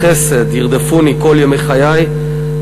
כי אלך בגיא צלמות לא אירא רע כי אתה עמָדי,